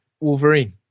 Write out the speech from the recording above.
Wolverine